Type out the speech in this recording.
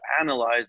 analyze